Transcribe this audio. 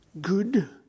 good